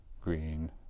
green